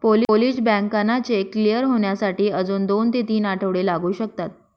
Polish बँकांना cheque clear होण्यासाठी अजून दोन ते तीन आठवडे लागू शकतात